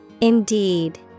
Indeed